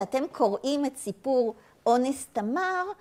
אתם קוראים את סיפור אונס תמר.